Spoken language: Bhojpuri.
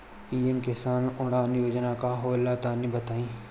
पी.एम कृषि उड़ान योजना का होला तनि बताई?